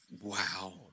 Wow